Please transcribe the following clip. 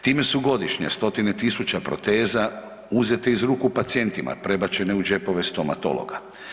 Time su godišnje stotine tisuća proteza uzete iz ruku pacijentima, prebačene u džepove stomatologa.